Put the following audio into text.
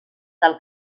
del